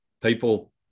people